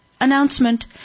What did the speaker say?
announcement